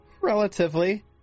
Relatively